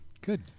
Good